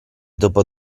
dopo